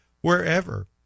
wherever